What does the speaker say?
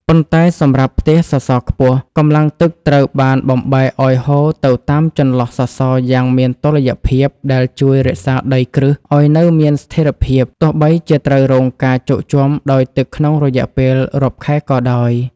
ប៉ុន្តែសម្រាប់ផ្ទះសសរខ្ពស់ កម្លាំងទឹកត្រូវបានបំបែកឱ្យហូរទៅតាមចន្លោះសសរយ៉ាងមានតុល្យភាព ដែលជួយរក្សាដីគ្រឹះឱ្យនៅមានស្ថិរភាព ទោះបីជាត្រូវរងការជោកជាំដោយទឹកក្នុងរយៈពេលរាប់ខែក៏ដោយ។